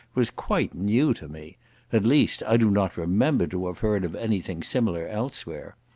was quite new to me at least, i do not remember to have heard of any thing similar elsewhere.